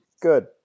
Good